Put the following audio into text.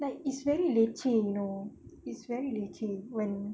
like is very leceh you know it's very leceh when